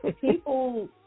people